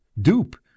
dupe